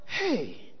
hey